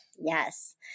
Yes